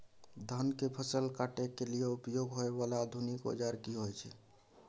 धान के फसल काटय के लिए उपयोग होय वाला आधुनिक औजार की होय छै?